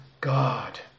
God